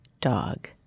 Dog